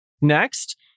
Next